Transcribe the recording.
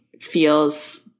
feels